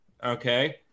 Okay